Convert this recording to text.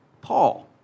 Paul